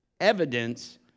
evidence